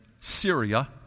Syria